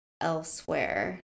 elsewhere